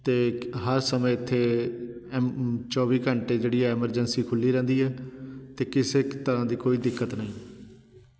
ਅਤੇ ਹਰ ਸਮੇਂ ਇੱਥੇ ਚੌਵੀ ਘੰਟੇ ਜਿਹੜੀ ਹੈ ਐਮਰਜੈਂਸੀ ਖੁੱਲ੍ਹੀ ਰਹਿੰਦੀ ਹੈ ਅਤੇ ਕਿਸੇ ਤਰ੍ਹਾਂ ਦੀ ਕੋਈ ਦਿੱਕਤ ਨਹੀਂ